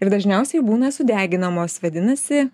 ir dažniausiai būna sudeginamos vadinasi